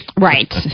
Right